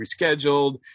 rescheduled